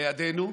לידינו,